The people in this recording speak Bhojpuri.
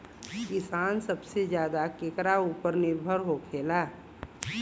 किसान सबसे ज्यादा केकरा ऊपर निर्भर होखेला?